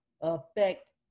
affect